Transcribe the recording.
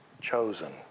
chosen